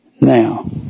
Now